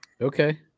Okay